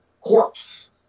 corpse